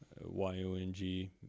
Y-O-N-G